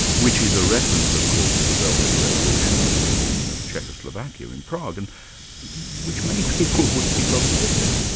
which is a reference of course to the velvet revolution in czechoslovakia, in prague, and which many people would think of as a good thing.